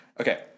Okay